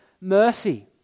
mercy